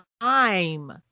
time